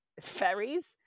ferries